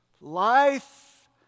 Life